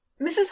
Mrs